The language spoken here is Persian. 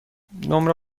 نمره